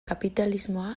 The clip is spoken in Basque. kapitalismoa